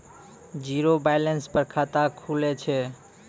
Zero balance पर खाता खुले छै?